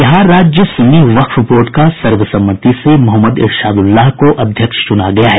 बिहार राज्य सुन्नी वक्फ बोर्ड का सर्वसम्मति से मोहम्मद इरशादुल्लाह को अध्यक्ष चुना गया है